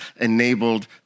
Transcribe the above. enabled